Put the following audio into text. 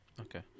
Okay